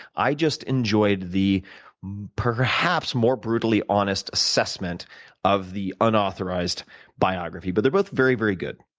i just enjoyed the perhaps more brutally honest assessment of the unauthorized biography, but they're both very, very good.